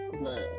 love